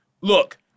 Look